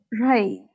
Right